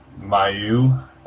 Mayu